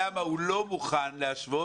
למה הוא לא מוכן להשוות,